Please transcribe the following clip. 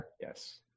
Yes